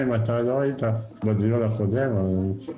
עד היום לא היה צורך בתגבור הזה ובהקלות,